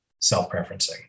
self-preferencing